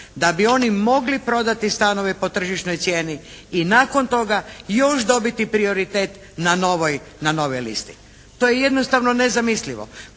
da bi oni mogli prodati stanove po tržišnoj cijeni i nakon toga još dobiti prioritet na novoj listi. To je jednostavno nezamislivo.